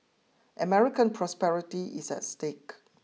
American prosperity is at stake